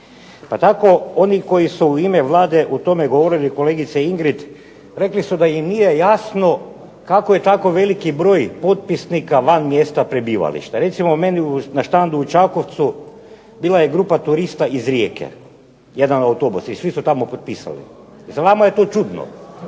pa tako oni koji su u ime Vlade o tome govorili, kolegice Ingrid, rekli su da im nije jasno kako je tako veliki broj potpisnika van mjesta prebivališta. Recimo meni na štandu u Čakovcu bila je grupa turista iz Rijeke, jedan autobus, i svi su tamo potpisali. Sad vama je to čudno.